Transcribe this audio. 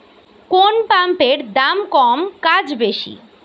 কোন পাম্পের দাম কম কাজ বেশি?